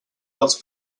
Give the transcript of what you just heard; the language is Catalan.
dels